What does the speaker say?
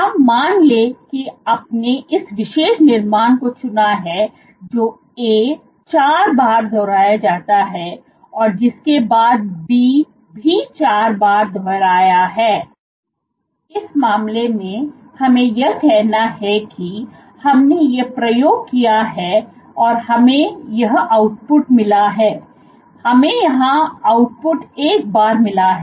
हम मान ले कि आपने इस विशेष निर्माण को चुना है जो ए चार बार दोहराया जाता है और जिसके बाद भी चार बार दोहराया है इस मामले में हमें यह कहना है कि हमने यह प्रयोग किया है और हमें यह आउटपुट मिला है हमें यहां आउटपुट एक बार मिला है